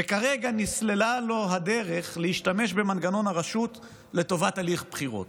וכרגע נסללה לו הדרך להשתמש במנגנון הרשות לטובת הליך בחירות.